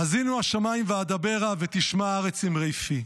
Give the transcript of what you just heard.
"האזינו השמים ואדברה ותשמע הארץ אמרי פי".